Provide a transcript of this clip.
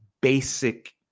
basic